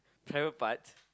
private parts